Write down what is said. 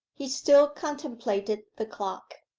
he still contemplated the clock.